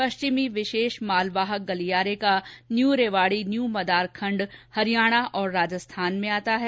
पश्चिमी विशेष मालवाहक गलियारे का न्यू रेवाड़ी न्यू मदार खण्ड हरियाणा और राजस्थान में आता है